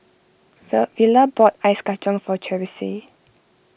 Vela bought Ice Kachang for Charisse